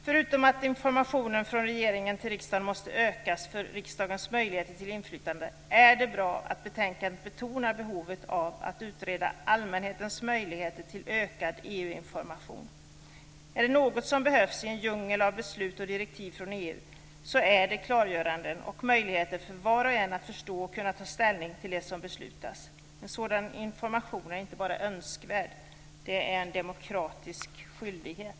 Förutom att informationen från regeringen till riksdagen måste ökas för riksdagens möjligheter till inflytande är det bra att betänkandet betonar behovet av att utreda allmänhetens möjligheter till ökad EU information. Är det något som behövs i en djungel av beslut och direktiv från EU så är det klargöranden och möjligheter för var och en att förstå och kunna ta ställning till det som beslutas. En sådan information är inte bara önskvärd. Det är en demokratisk skyldighet.